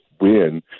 win